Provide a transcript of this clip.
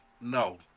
no